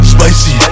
Spicy